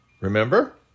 Remember